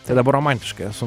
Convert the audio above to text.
tai dabar romantiškai esu